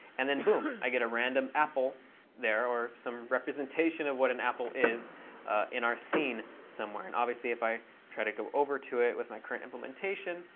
and then, boom, i get a random apple there or some representation of what an apple is in our scene somewhere. and obviously, if i try to go over to it with my current implementation,